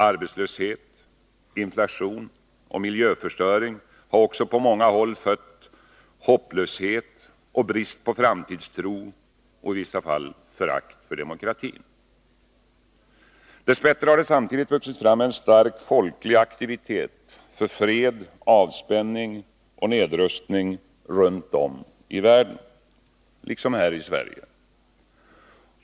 Arbetslöshet, inflation och miljöförstöring har också på många håll fött hopplöshet och brist på framtidstro och i vissa fall förakt för demokratin. Dess bättre har det samtidigt vuxit fram en stark folklig aktivitet för fred, avspänning och nedrustning, runt om i världen, liksom hos oss.